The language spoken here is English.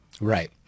Right